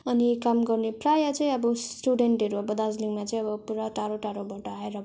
अनि काम गर्ने प्रायः चाहिँ अब स्टुडेन्टहरू अब दार्जिलिङमा चाहिँ अब पुरा टाढो टाढोबाट आएर